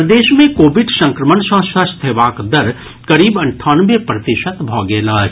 प्रदेश मे कोविड संक्रमण सँ स्वस्थ हेबाक दर करीब अंठानवे प्रतिशत भऽ गेल अछि